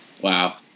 Wow